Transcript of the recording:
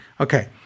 Okay